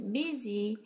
busy